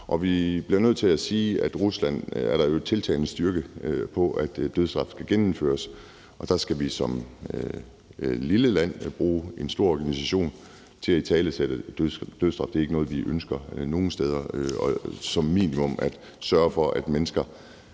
og vi bliver nødt til at sige, at i Rusland er der jo en tiltagende stærk tendens til, at dødsstraf skal genindføres, og der skal vi som lille land så bruge en stor organisation til at italesætte, at dødsstraf ikke er noget, vi ønsker nogen steder. Og vi skal som minimum prøve at sørge for, at mennesker